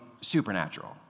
supernatural